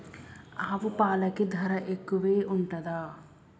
ఆవు పాలకి ధర ఎక్కువే ఉంటదా?